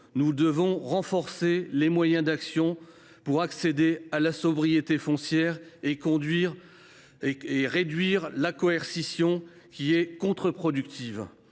Nous devons renforcer les moyens d’action pour accéder à la sobriété foncière et amoindrir une coercition contre productive.